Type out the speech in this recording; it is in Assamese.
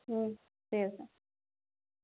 ঠিক আছে